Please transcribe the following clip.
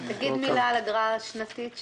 תגיד מילה על אגרה שנתית,